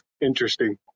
interesting